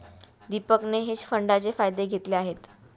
दीपकने हेज फंडाचे फायदे घेतले आहेत